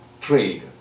trade